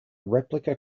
replica